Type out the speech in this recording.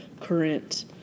current